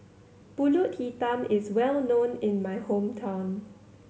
Pulut Hitam is well known in my hometown